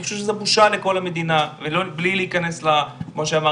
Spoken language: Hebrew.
אני חושב שזו בושה לכל המדינה, בלי להיכנס לויכוח.